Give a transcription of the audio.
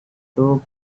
itu